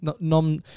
Nom